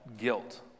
guilt